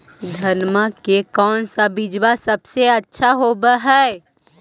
धनमा के कौन बिजबा सबसे अच्छा होव है?